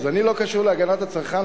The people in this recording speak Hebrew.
אני לא קשור להגנת הצרכן?